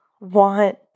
want